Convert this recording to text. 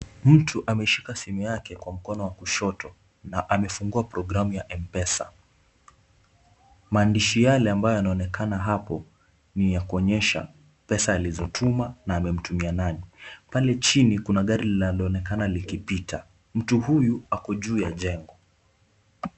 Mtu ameshika simu yake kwa mkono wa kushoto na amefungua programu ya M-Pesa. Maandishi yale ambayo yanaonekana hapo, ni ya kuonyesha pesa alizotuma na amemtumia nani. Pale chini kuna gari linaloonekana likipita. Mtu huyu ako juu ya jengo.